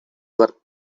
were